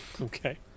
Okay